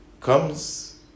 comes